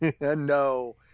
No